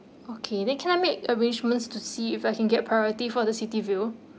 okay then can I make arrangements to see if I can get priority for the city view